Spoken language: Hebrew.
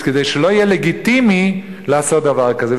כדי שלא יהיה לגיטימי לעשות דבר כזה.